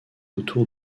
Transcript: autour